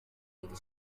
w’iri